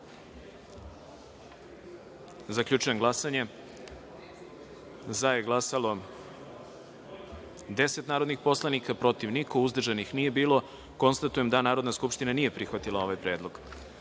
predlog. Zaključujem glasanje: za je glasalo – 13 narodnih poslanika, protiv – niko, uzdržanih – nije bilo. Konstatujem da Narodna skupština nije prihvatila ovaj predlog. Narodni